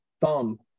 thumb